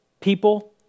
people